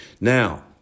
Now